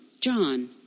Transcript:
John